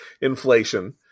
inflation